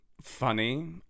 funny